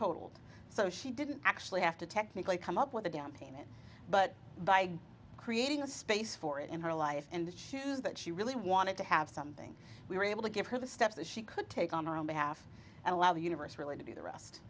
totalled so she didn't actually have to technically come up with a down payment but by creating a space for it in her life and shoes that she really wanted to have something we were able to give her the steps that she could take on our own behalf and allow the universe really to do the rest